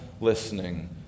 listening